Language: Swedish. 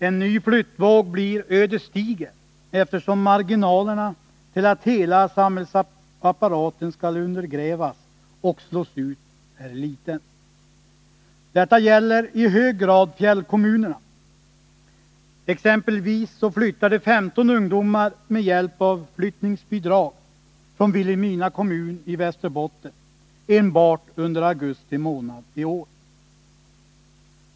En ny flyttvåg blir ödesdiger, eftersom marginalerna till att hela samhällsapparaten skall undergrävas och slås ut är små. Detta gäller i hög grad fjällkommunerna. Exempelvis flyttade 15 ungdomar med hjälp av flyttningsbidrag från Vilhelmina kommun i Västerbotten enbart under augusti månad i år.